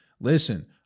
Listen